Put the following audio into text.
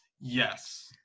Yes